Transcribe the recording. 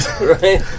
Right